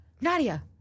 Nadia